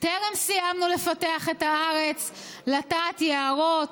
טרם סיימנו לפתח את הארץ, לטעת יערות,